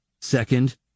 Second